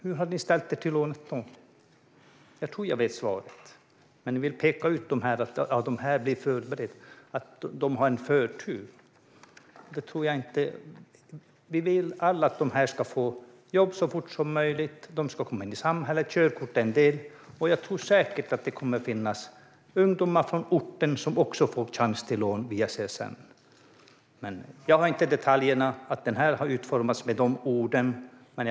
Hur hade ni ställt er till lånet då? Jag tror att jag vet svaret. Ni vill peka ut de här personerna och hävda att de har förtur. Det tror jag inte att de har. Vi vill alla att de ska få jobb så fort som möjligt. De ska komma in i samhället. Körkort är en del. Jag tror säkert att det kommer att finnas ungdomar från orten som också får chans till lån via CSN. Men jag har inte detaljerna, och det här har inte utformats med de orden.